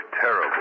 terrible